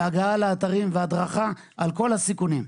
הגעה לאתרים והדרכה על כל הסיכונים.